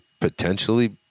potentially